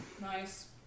Nice